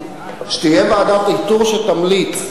שתהיה ועדת איתור שתמליץ.